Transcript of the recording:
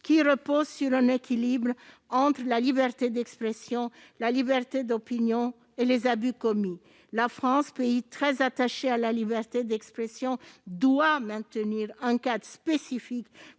repose sur un équilibre entre la liberté d'expression, la liberté d'opinion et les abus commis. La France, pays très attaché à la liberté d'expression, doit maintenir un cadre spécifique